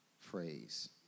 phrase